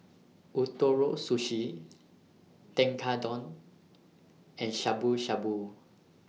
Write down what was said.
Ootoro Sushi Tekkadon and Shabu Shabu